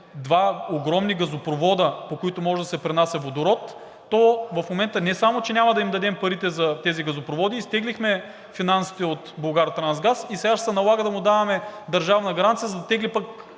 два огромни газопровода, по които може да се пренася водород, то в момента не само че няма да им дадем парите за тези газопроводи, изтеглихме финансите от „Булгартрансгаз“ и сега ще се налага да му даваме държавна гаранция, за да тегли пък